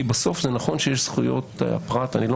בסוף זה נכון שיש זכויות פרט אני לא